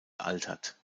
altert